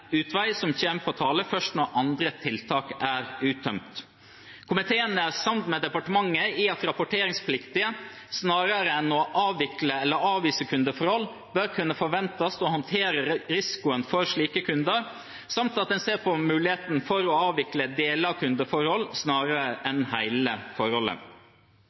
utvei som kommer på tale først når andre tiltak er uttømt. Komiteen er enig med departementet i at rapporteringspliktige, snarere enn å avvikle eller avvise kundeforholdet, bør kunne forventes å håndtere risikoen for slike kunder, samt at en ser på muligheten til å avvikle deler av kundeforholdet snarere enn hele forholdet.